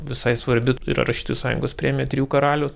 visai svarbi yra rašytojų sąjungos premija trijų karalių